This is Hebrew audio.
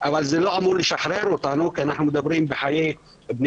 אבל זה לא אמור לשחרר אותנו כי אנחנו מדברים בחיי אדם.